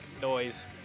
noise